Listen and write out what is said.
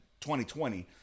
2020